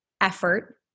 effort